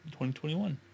2021